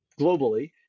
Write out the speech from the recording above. globally